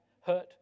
hurt